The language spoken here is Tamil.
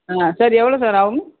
சார் எவ்வளோ சார் ஆகும்